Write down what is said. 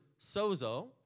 sozo